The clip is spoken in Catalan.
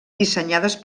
dissenyades